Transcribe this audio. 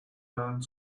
land